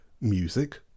music